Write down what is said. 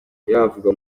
yavugwa